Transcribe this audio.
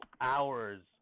hours